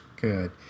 Good